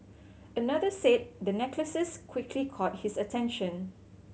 another said the necklaces quickly caught his attention